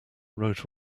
wrote